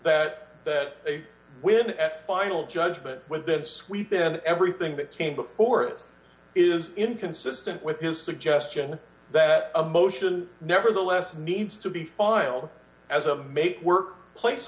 that that they win at final judgment with the sweepin everything that came before it is inconsistent with his suggestion that a motion nevertheless needs to be filed as a make work place